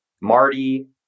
Marty